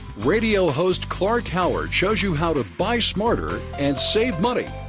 radio host clark howard shows you how to buy smarter and save money,